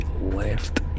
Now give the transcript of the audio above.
left